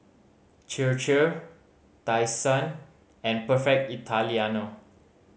Chir Chir Tai Sun and Perfect Italiano